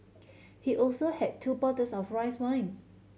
he also had two bottles of rice wine